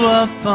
up